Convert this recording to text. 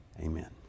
Amen